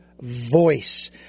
voice